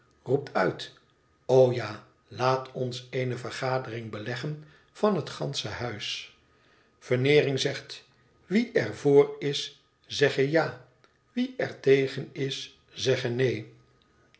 ja laat ons eene vergadering beleggen van het gansche huis veneering zegt iwie er vr is zegge ja wie er tegen is zegge neen